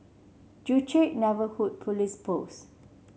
Joo Chiat Neighbourhood Police Post